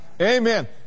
Amen